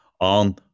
on